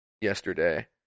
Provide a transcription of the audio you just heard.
yesterday